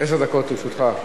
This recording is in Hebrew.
עשר דקות לרשותך,